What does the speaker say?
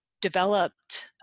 developed